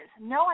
no